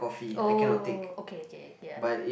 oh okay okay okay ya